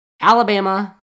Alabama